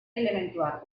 elementuak